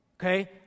Okay